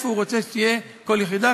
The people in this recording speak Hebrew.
איפה הוא רוצה שתהיה כל יחידה.